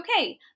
okay